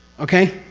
okay?